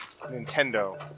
Nintendo